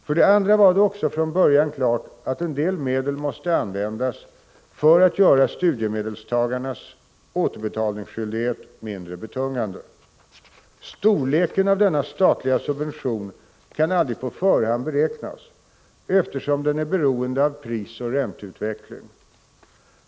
För det andra var det också från början klart att en del medel måste användas för att göra studiemedelstagarnas återbetalningsskyldighet mindre betungande. Storleken av denna statliga subvention kan aldrig på förhand beräknas, eftersom den är beroende av prisoch ränteutveckling.